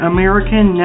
American